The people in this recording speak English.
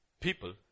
people